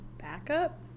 backup